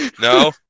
No